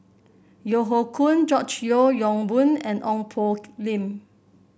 Yeo Hoe Koon George Yeo Yong Boon and Ong Poh Lim